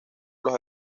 los